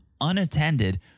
unattended